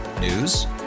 News